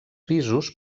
pisos